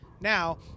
Now